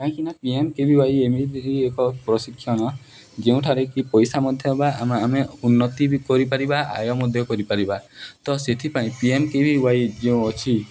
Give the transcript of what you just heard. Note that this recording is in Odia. କାହିଁକି ନା ପିଏନ୍କେବିୱାଇ ଏମିତି ଏକ ପ୍ରଶିକ୍ଷଣ ଯେଉଁଠାରେ କି ପଇସା ମଧ୍ୟ ହେବ ଆମେ ଆମେ ଉନ୍ନତି ବି କରିପାରିବା ଆୟ ମଧ୍ୟ କରିପାରିବା ତ ସେଥିପାଇଁ ପିଏନ୍କେବିୱାଇ ଯେଉଁ ଅଛି